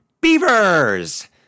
Beavers